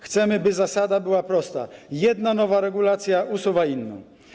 Chcemy, by zasada była prosta - jedna nowa regulacja usuwa inną.